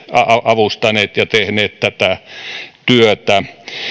avustaneet ja tehneet tätä työtä